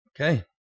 Okay